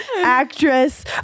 actress